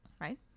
right